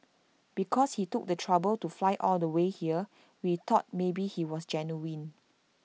because he took the trouble to fly all the way here we thought maybe he was genuine